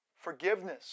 Forgiveness